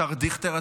השר דיכטר,